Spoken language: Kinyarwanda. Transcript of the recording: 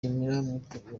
mwitabira